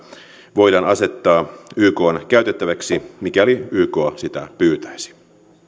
voidaan asettaa ykn käytettäväksi mikäli yk sitä pyytäisi